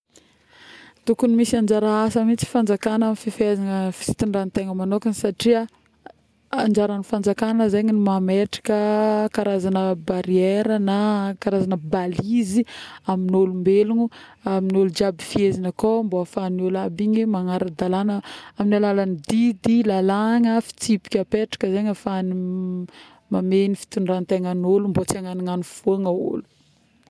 Tokogny misy anjara asa mihitsy fanjakagna amin'ny fifehezagna ny fitondrantegna manokagna satria anjaragn'y fanjakagna zegny nametraka karazagna barriere na karazagna balise amin'olombelogno amin'ny olo jiaby fehezigny akao vô afahagn'nolo aby igny ee magnara-dalagna amin'ny alalan'ny didy, lalagna, fitsipika apetraka zegny afahan'ny mamehy ny fitondragn-tegna olo mbô tsy agnanognano foagna olo